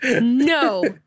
No